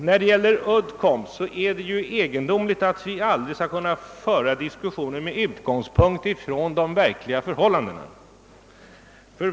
När det gäller Uddcomb är det ju egendomligt att vi aldrig skall kunna föra diskussionen med utgångspunkt i de verkliga förhållandena.